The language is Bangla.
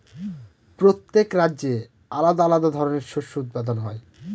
প্রত্যেক রাজ্যে আলাদা আলাদা ধরনের শস্য উৎপাদন হয়